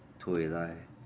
थ्होए दा ऐ